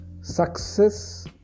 Success